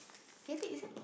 cabbage eh